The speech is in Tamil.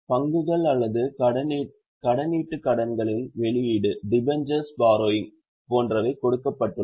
பங்குகள் அல்லது கடனீட்டு கடன்களின் வெளியீடு போன்றவை கொடுக்கப்பட்டுள்ளன